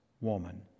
woman